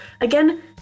again